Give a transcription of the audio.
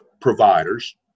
providers